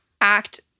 act